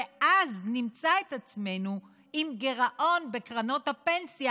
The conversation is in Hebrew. ואז נמצא את עצמנו עם גירעון בקרנות הפנסיה,